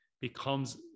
becomes